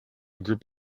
group